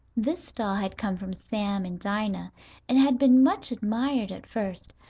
this doll had come from sam and dinah and had been much admired at first,